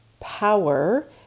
power